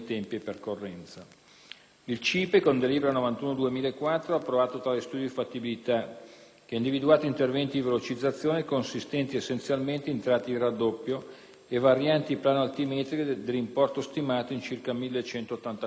Il CIPE con delibera n. 91 del 2004 ha approvato tale studio di fattibilità che ha individuato interventi di velocizzazione, consistenti essenzialmente in tratti di raddoppio e varianti plano-altimetriche, dell'importo stimato in circa 1.184 milioni di euro.